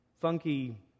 funky